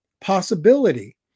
possibility